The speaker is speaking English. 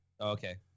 Okay